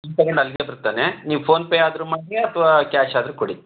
ಬರ್ತಾನೆ ನೀವು ಫೋನ್ಪೇ ಆದರೂ ಮಾಡಿ ಅಥವಾ ಕ್ಯಾಶ್ ಆದರೂ ಕೊಡಿ